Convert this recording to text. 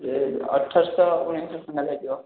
ଏଇ ଅଠର ଶହ ଉଣେଇଶି ଶହ ଟଙ୍କା ଲାଗିବ